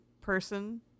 person